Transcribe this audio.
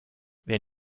wer